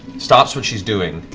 stops what she's doing,